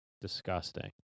Disgusting